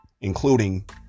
including